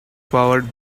powered